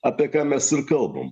apie ką mes ir kalbam